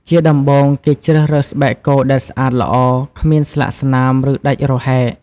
ជាដំបូង គេជ្រើសរើសស្បែកគោដែលស្អាតល្អ គ្មានស្លាកស្នាម ឬដាច់រហែក។